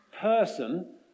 person